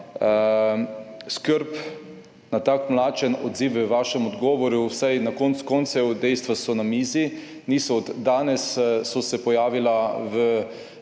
skrb na tak mlačen odziv v vašem odgovoru, saj na koncu koncev dejstva so na mizi, niso od danes, so se pojavila v